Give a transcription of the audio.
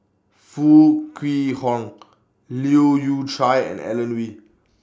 Foo Kwee Horng Leu Yew Chye and Alan Oei